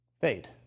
fade